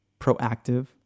proactive